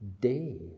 day